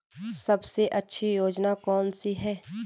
सबसे अच्छी योजना कोनसी है?